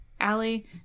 Allie